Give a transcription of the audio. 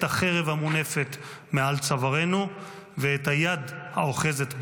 החרב המונפת מעל צווארנו ואת היד האוחזת בה.